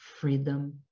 freedom